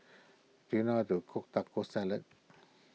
do you know how to cook Taco Salad